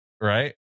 right